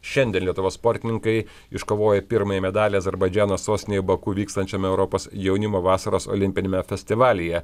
šiandien lietuvos sportininkai iškovojo pirmąjį medalį azerbaidžano sostinėje baku vykstančiame europos jaunimo vasaros olimpiniame festivalyje